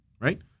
right